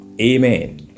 Amen